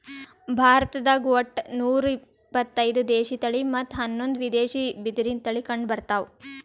ಭಾರತ್ದಾಗ್ ಒಟ್ಟ ನೂರಾ ಇಪತ್ತೈದು ದೇಶಿ ತಳಿ ಮತ್ತ್ ಹನ್ನೊಂದು ವಿದೇಶಿ ಬಿದಿರಿನ್ ತಳಿ ಕಂಡಬರ್ತವ್